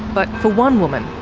but for one woman,